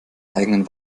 eigenen